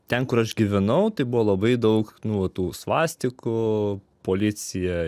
ten kur aš gyvenau tai buvo labai daug nu va tų svastikų policija